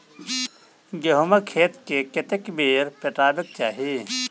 गहुंमक खेत केँ कतेक बेर पटेबाक चाहि?